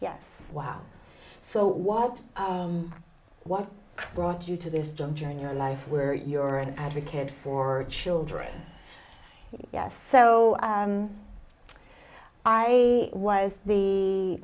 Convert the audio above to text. yes wow so what what brought you to this juncture in your life where you were an advocate for children yes so i was the